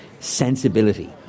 sensibility